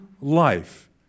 life